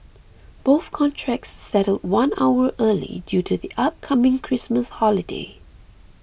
both contracts settled one hour early due to the upcoming Christmas holiday